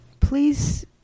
please